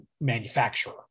manufacturer